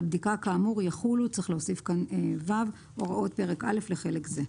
על בדיקה כאמור יחולו הוראות פרק א' לחלק זה.